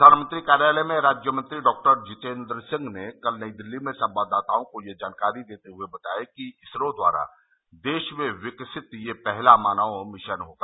प्रधानमंत्री कार्यालय में राज्य मंत्री डॉक्टर जितेन्द्र सिंह ने कल नई दिल्ली में संवाददाताओं को यह जानकारी देते हुए बताया कि इसरो द्वारा देश में विकसित यह पहला मानव मिशन होगा